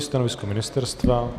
Stanovisko ministerstva?